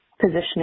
positioning